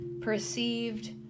perceived